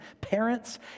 parents